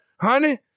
Honey